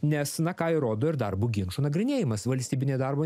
nes na ką ir rodo ir darbo ginčų nagrinėjimas valstybinė darbo